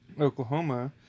Oklahoma